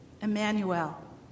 Emmanuel